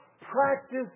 practice